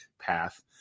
path